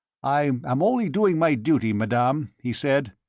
i am only doing my duty, madame, he said.